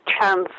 chance